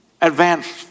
advanced